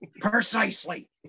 Precisely